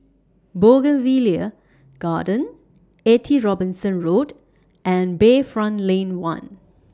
Bougainvillea Garden eighty Robinson Road and Bayfront Lane one